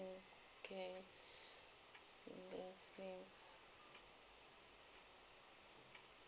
okay single SIM